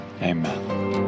Amen